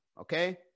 Okay